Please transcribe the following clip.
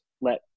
let